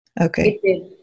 Okay